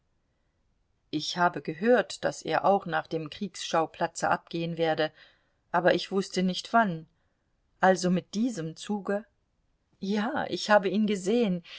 ich habe gehört daß er auch nach dem kriegsschauplatze abgehen werde aber ich wußte nicht wann also mit diesem zuge ja ich habe ihn gesehen